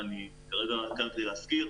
ואני כרגע כאן כדי להשכיר,